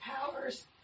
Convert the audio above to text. powers